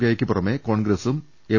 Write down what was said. K യ്ക്ക് പുറമെ കോൺഗ്രസും എം